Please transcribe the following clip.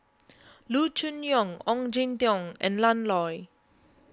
Loo Choon Yong Ong Jin Teong and Ian Loy